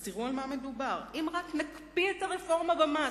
אז בואו ותראו על מה מדובר: אם רק נקפיא את הרפורמה במס,